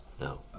No